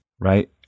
right